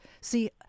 see